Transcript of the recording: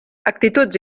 actituds